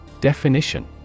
Definition